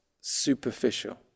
superficial